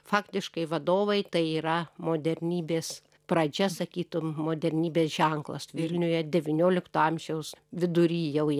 faktiškai vadovai tai yra modernybės pradžia sakytum modernybės ženklas vilniuje devyniolikto amžiaus vidury jau į